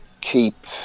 keep